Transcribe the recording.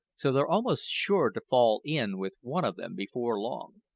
so they're almost sure to fall in with one of them before long.